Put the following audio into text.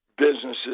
businesses